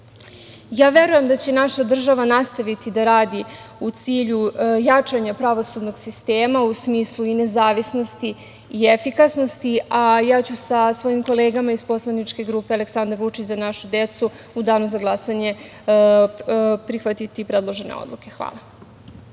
razloga. Verujem da će naša država nastaviti da radi u cilju jačanja pravosudnog sistema u smislu i nezavisnosti i efikasnosti, a ja ću sa svojim kolegama iz Poslaničke grupe Aleksandar Vučić – Za našu decu u danu za glasanje prihvatiti predložene odluke. Hvala.